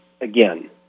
again